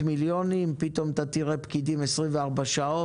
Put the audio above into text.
מיליונים, פתאום אתה תראה פקידים 24 שעות,